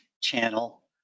channel